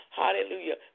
hallelujah